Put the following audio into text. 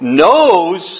knows